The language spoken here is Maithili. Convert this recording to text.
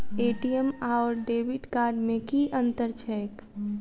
ए.टी.एम आओर डेबिट कार्ड मे की अंतर छैक?